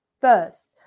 first